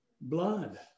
blood